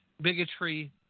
bigotry